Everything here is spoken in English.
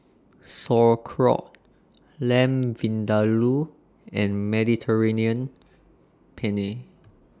Sauerkraut Lamb Vindaloo and Mediterranean Penne